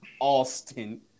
Austin